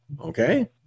Okay